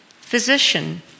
physician